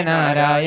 Nara